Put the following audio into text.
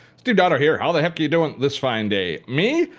steve dotto here. how the heck are you doing this fine day? me?